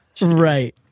Right